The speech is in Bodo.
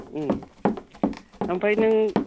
ओमफ्राय नों